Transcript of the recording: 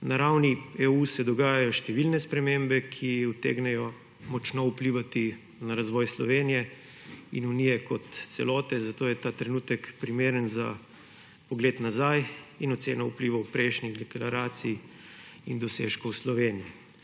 Na ravni EU se dogajajo številne spremembe, ki utegnejo močno vplivati na razvoj Slovenije in Unije kot celote, zato je ta trenutek primeren za pogled nazaj in oceno vplivov prejšnjih deklaracij ter dosežkov Slovenije,